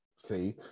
See